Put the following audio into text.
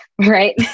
right